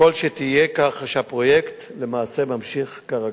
ככל שתהיה, כך שהפרויקט למעשה ממשיך כרגיל.